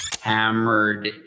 Hammered